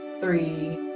three